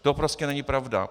To prostě není pravda.